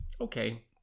Okay